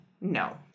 no